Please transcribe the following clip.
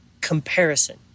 comparison